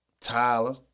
Tyler